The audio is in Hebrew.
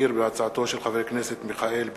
הצעתו של חבר הכנסת מיכאל בן-ארי.